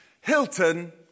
Hilton